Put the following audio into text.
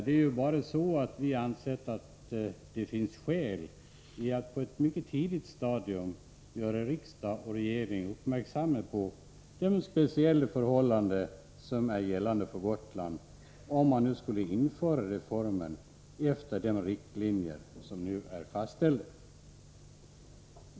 Vi har ansett att det fanns skäl att på ett så här tidigt stadium göra riksdagen och regeringen uppmärksamma på de speciella förhållanden som gäller för Gotland, om man skulle införa reformen efter de riktlinjer som nu är fastställda.